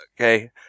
Okay